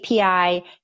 API